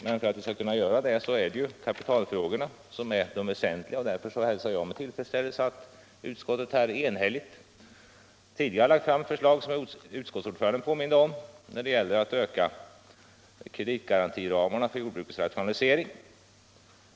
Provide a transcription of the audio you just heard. Men för att vi skall kunna göra det är kapitalfrågorna väsentliga, och därför hälsar jag med tillfredsställelse att utskottet här är enigt. Tidigare har lagts fram förslag — som utskottsordföranden påminde om —- i syfte att vidga kreditgarantiramarna för jordbrukets rationalisering.